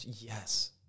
Yes